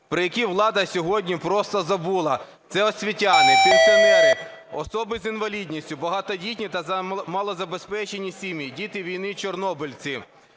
про які влада сьогодні просто забула. Це освітяни, пенсіонери, особи з інвалідністю, багатодітні та малозабезпечені сім'ї, діти війни, чорнобильці.